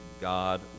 God